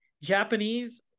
Japanese